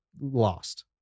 lost